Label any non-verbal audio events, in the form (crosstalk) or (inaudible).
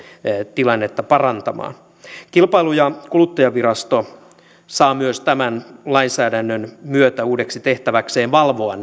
tilannetta parantamaan kilpailu ja kuluttajavirasto saa myös tämän lainsäädännön myötä uudeksi tehtäväkseen valvoa (unintelligible)